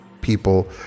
people